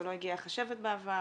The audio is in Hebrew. לא הגיעה החשבת בעבר